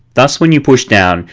thus when you push down,